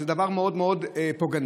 שזה דבר מאוד מאוד פוגעני.